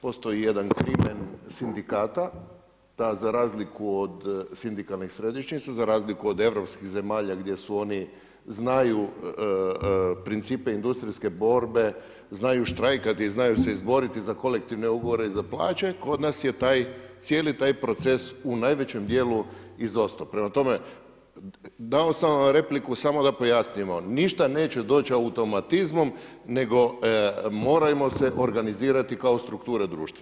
Postoji jedan krimen sindikata da za razliku od sindikalnih središnjica, za razliku od europskih zemalja gdje su oni, znaju principe industrijske borbe, znaju štrajkati, znaju se izborit za kolektivne ugovore i plaće, kod nas je taj, cijeli taj proces u najvećem dijelu izostao, prema tome dao sam vam repliku samo da pojasnimo, ništa neće doći automatizmom, nego morajmo se organizirati kao strukture društva.